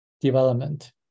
development